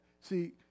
see